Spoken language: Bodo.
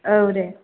औ दे